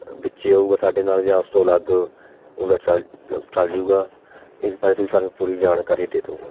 ਵਿੱਚ ਹੋਵੇਗਾ ਸਾਡੇ ਨਾਲ਼ ਜਾਂ ਉਸ ਤੋਂ ਅਲੱਗ ਉਸਦਾ ਚੱਲਜੂਗਾ ਇਸ ਬਾਰੇ ਤੁਸੀਂ ਸਾਨੂੰ ਪੂਰੀ ਜਾਣਕਾਰੀ ਦੇ ਦਿਉ